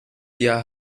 jahr